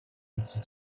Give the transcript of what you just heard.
with